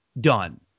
done